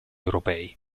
europei